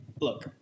look